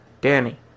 Danny